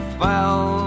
fell